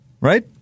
right